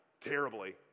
terribly